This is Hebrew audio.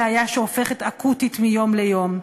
בעיה שהופכת אקוטית מיום ליום.